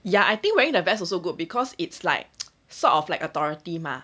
ya I think wearing the vests also good because it's like sort of like authority mah